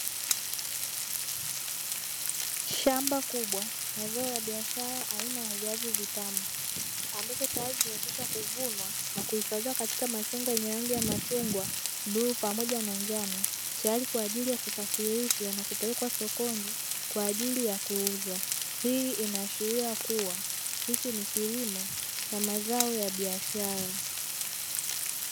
Shamba kubwa la zao la biashara aina ya viazi vitamu, ambavyo tayari vimekwisha kuvunwa na kuhifadhiwa katika matenga yenye rangi ya machungwa, bluu pamoja na njano, tayari kwa ajili ya kusafirishwa na kupelekwa sokoni kwa ajili ya kuuzwa, hii inaashiria kuwa hichi ni kilimo cha mazao ya biashara.